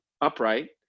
upright